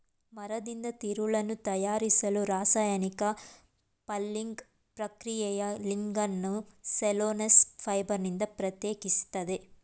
ಮರದಿಂದ ತಿರುಳನ್ನು ತಯಾರಿಸಲು ರಾಸಾಯನಿಕ ಪಲ್ಪಿಂಗ್ ಪ್ರಕ್ರಿಯೆಯು ಲಿಗ್ನಿನನ್ನು ಸೆಲ್ಯುಲೋಸ್ ಫೈಬರ್ನಿಂದ ಪ್ರತ್ಯೇಕಿಸ್ತದೆ